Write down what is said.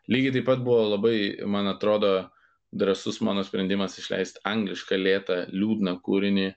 lygiai taip pat buvo labai man atrodo drąsus mano sprendimas išleist anglišką lėtą liūdną kūrinį